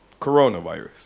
coronavirus